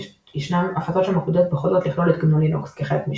ישנן הפצות שמקפידות בכל זאת לכלול את "גנו/לינוקס" כחלק משמם.